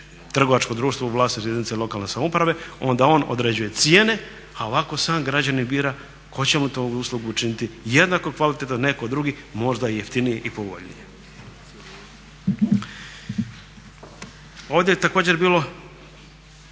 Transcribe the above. trgovačko društvo u vlasništvu jedinice lokalne samouprave onda on određuje cijene, a ovako sam građanin bira tko će mu tu uslugu učiniti jednako kvalitetno netko drugi možda jeftinije i povoljnije. Ovdje je također bilo